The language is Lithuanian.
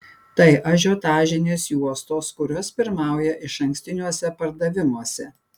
tai ažiotažinės juostos kurios pirmauja išankstiniuose pardavimuose